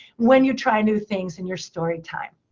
when you try new things in your story time.